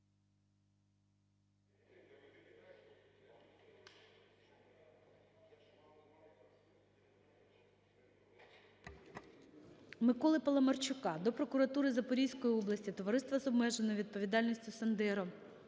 Миколи Паламарчука до прокуратури Запорізької області, Товариства з обмеженою відповідальністю "Сандеро",